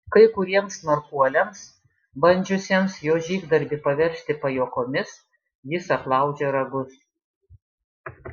kai kuriems smarkuoliams bandžiusiems jo žygdarbį paversti pajuokomis jis aplaužė ragus